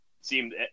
seemed